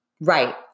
Right